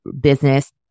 business